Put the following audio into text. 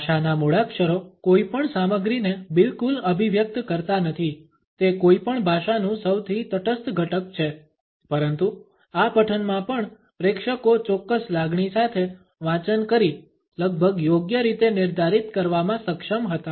ભાષાના મૂળાક્ષરો કોઈપણ સામગ્રીને બિલકુલ અભિવ્યક્ત કરતા નથી તે કોઈપણ ભાષાનું સૌથી તટસ્થ ઘટક છે પરંતુ આ પઠનમાં પણ પ્રેક્ષકો ચોક્કસ લાગણી સાથે વાંચન કરી લગભગ યોગ્ય રીતે નિર્ધારિત કરવામાં સક્ષમ હતા